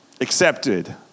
Accepted